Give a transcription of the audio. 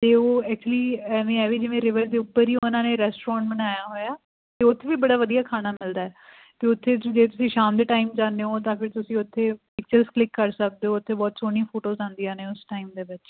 ਅਤੇ ਉਹ ਐਕਚੁਲੀ ਇਵੇਂ ਹੈ ਜਿਵੇਂ ਰੀਵਰ ਦੇ ਉੱਪਰ ਹੀ ਉਹਨਾਂ ਨੇ ਰੈਸਟੋਰੈਂਟ ਬਣਾਇਆ ਹੋਇਆ ਅਤੇ ਉੱਥੇ ਵੀ ਬੜਾ ਵਧੀਆ ਖਾਣਾ ਮਿਲਦਾ ਅਤੇ ਉੱਥੇ ਜੇ ਤੁਸੀਂ ਸ਼ਾਮ ਦੇ ਟਾਈਮ ਜਾਂਦੇ ਹੋ ਤਾਂ ਫਿਰ ਤੁਸੀਂ ਉੱਥੇ ਪਿਕਚਰਸ ਕਲਿੱਕ ਕਰ ਸਕਦੇ ਹੋ ਉੱਥੇ ਬਹੁਤ ਸੋਹਣੀਆਂ ਫੋਟੋ ਆਉਂਦੀਆਂ ਨੇ ਉਸ ਟਾਈਮ ਦੇ ਵਿੱਚ